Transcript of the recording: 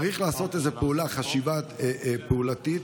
צריך לעשות איזו פעולה, חשיבה פעולתית,